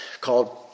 called